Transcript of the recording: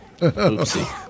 Oopsie